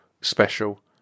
special